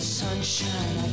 sunshine